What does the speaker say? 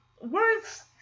Words